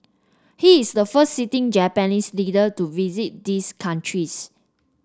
he is the first sitting Japanese leader to visit these countries